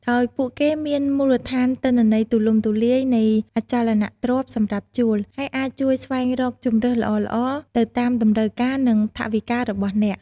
ដោយពួកគេមានមូលដ្ឋានទិន្នន័យទូលំទូលាយនៃអចលនទ្រព្យសម្រាប់ជួល ហើយអាចជួយស្វែងរកជម្រើសល្អៗទៅតាមតម្រូវការនិងថវិការបស់អ្នក។